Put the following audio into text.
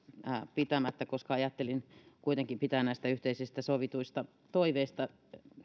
pitämättä koska ajattelin kuitenkin pitää näistä yhteisistä sovituista toiveista